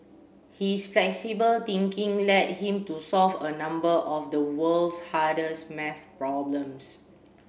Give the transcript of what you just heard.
his flexible thinking led him to solve a number of the world's hardest math problems